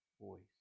voice